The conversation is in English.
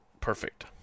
Perfect